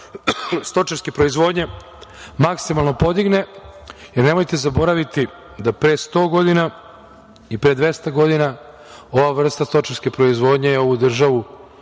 stočarske proizvodnje maksimalno podigne. Nemojte zaboraviti da pre 100 godina i pre 200 godina ova vrsta stočarske proizvodnje je u ovu državu